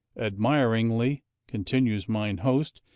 admiringly continues mine host,